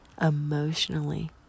emotionally